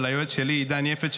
וליועץ שלי עידן יפת,